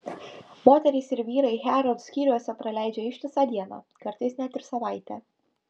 moterys ir vyrai harrods skyriuose praleidžia ištisą dieną o kartais net ir savaitę